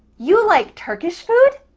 you like turkish food?